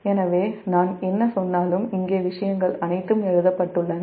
எனவேநான் என்ன சொன்னாலும் இங்கே விஷயங்கள் அனைத்தும் எழுதப்பட்டுள்ளன